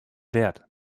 wert